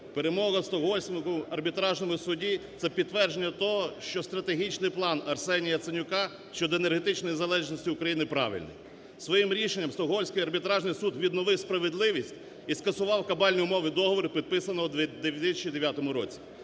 Перемога в Стокгольмському арбітражному суді – це підтвердження того, що стратегічний план Арсенія Яценюка щодо енергетичної незалежності України правильний. Своїм рішенням Стокгольмський арбітражний суд відновив справедливість і скасував кабальні умови договору, підписаного в 2009 році.